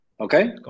Okay